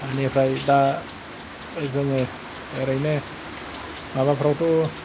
बेनिफ्राय दा जोङो ओरैनो माबाफ्रावथ'